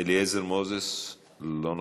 אליעזר מוזס, אינו נוכח.